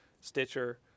Stitcher